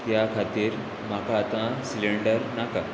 त्याखातीर म्हाका आतां सिलिंडर नाका